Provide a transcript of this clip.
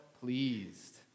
pleased